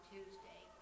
Tuesday